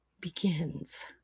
begins